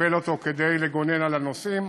כדי לגונן על הנוסעים.